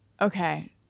okay